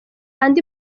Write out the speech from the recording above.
andi